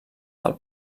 del